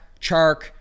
Chark